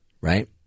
Right